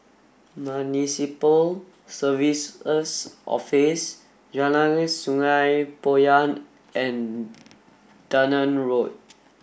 Municipal Services Office Jalan Sungei Poyan and Dunearn Road